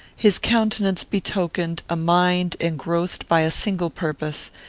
his countenance betokened a mind engrossed by a single purpose,